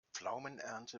pflaumenernte